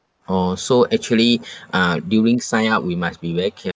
orh so actually uh during sign up we must be very care~